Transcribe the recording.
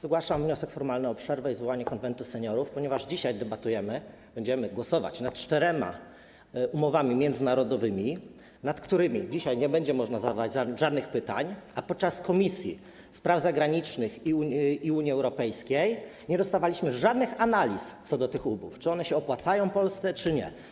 Zgłaszam wniosek formalny o przerwę i zwołanie Konwentu Seniorów, ponieważ dzisiaj debatujemy, będziemy głosować nad czterema umowami międzynarodowymi, w sprawie których nie będzie dzisiaj można zadawać żadnych pytań, a podczas posiedzenia Komisji Spraw Zagranicznych i Komisji do Spraw Unii Europejskiej nie dostawaliśmy żadnych analiz co do tych umów, czy one się opłacają Polsce, czy nie.